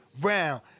round